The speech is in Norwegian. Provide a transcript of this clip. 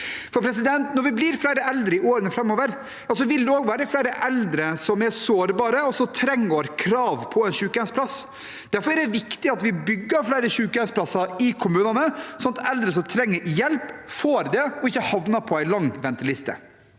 framover. Når det blir flere eldre i årene framover, vil det også være flere eldre som er sårbare, og som trenger og har krav på en sykehjemsplass. Derfor er det viktig at vi bygger flere sykehjemsplasser i kommunene, slik at eldre som trenger hjelp, får det og ikke havner på en lang venteliste.